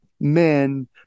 men